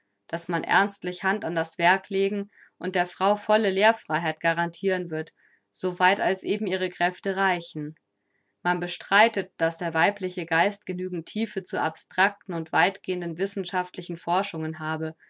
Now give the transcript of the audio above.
daß man ernstlich hand an das werk legen und der frau volle lehrfreiheit garantiren wird so weit als eben ihre kräfte reichen man bestreitet daß der weibliche geist genügende tiefe zu abstracten und weitgehenden wissenschaftlichen forschungen habe